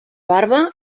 barba